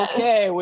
Okay